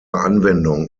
anwendung